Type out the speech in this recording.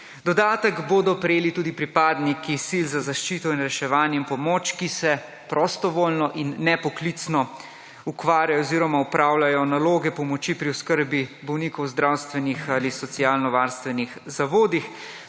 Dodatek bodo prejeli tudi pripadniki sil za zaščito, reševanje in pomoč, ki se prostovoljno in nepoklicno ukvarjajo oziroma opravljajo naloge pomoči pri oskrbi bolnikov v zdravstvenih ali socialnovarstvenih zavodih.